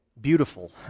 beautiful